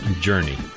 journey